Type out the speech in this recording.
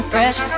Fresh